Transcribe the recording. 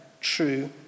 true